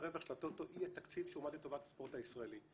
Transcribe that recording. הרווח של הטוטו היא התקציב שהועמד לטובת הספורט הישראלי.